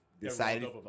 decided